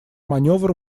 маневр